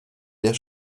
der